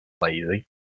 Lazy